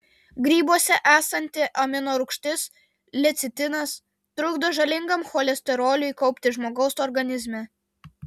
grybuose esanti amino rūgštis lecitinas trukdo žalingam cholesteroliui kauptis žmogaus organizme